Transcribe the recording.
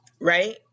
right